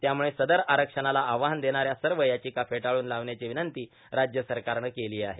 त्यामुळं सदर आरक्षणाला आव्हान देणाऱ्या सव यााचका फेटाळून लावण्याची र्विनंती राज्य सरकारनं केली आहे